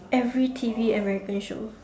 every T_V American show